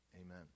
Amen